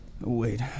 wait